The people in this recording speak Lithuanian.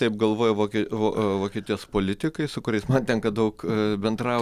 taip galvoja vokie vo vokietijos politikai su kuriais man tenka daug bendrau